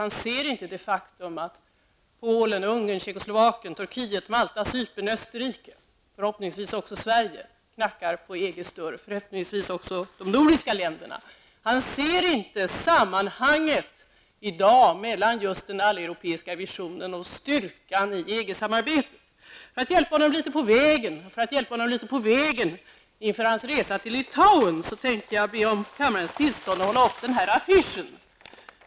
Han ser inte heller det faktum att Polen, Ungern, Österrike och förhoppningsvis också Sverige knackar på EGs dörr. Förhoppningsvis gäller detta också de andra nordiska länderna. Per Gahrton ser inte sammanhanget i dag mellan just den alleuropeiska visionen och styrkan i EG För att hjälpa honom litet på vägen inför hans resa till Litauen tänkte jag be om kammarens tillstånd att få hålla upp den här affischen.